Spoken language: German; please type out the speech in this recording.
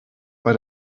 bei